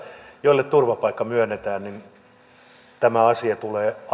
joille turvapaikka myönnetään tämä asia tulee